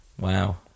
Wow